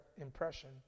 impression